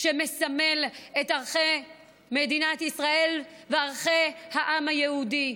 נצחי עם העם הפלסטיני,